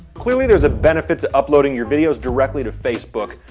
clearly there's a benefit to uploading your videos directly to facebook.